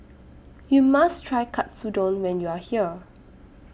YOU must Try Katsudon when YOU Are here